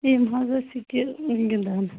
تِم حٲز ٲسۍ ییٚتہِ گِندان